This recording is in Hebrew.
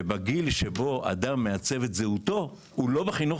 ובגיל שאדם מעצב את זהותו הוא לא בחינוך